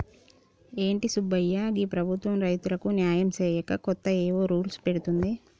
ఏంటి సుబ్బయ్య గీ ప్రభుత్వం రైతులకు న్యాయం సేయక కొత్తగా ఏవో రూల్స్ పెడుతోంది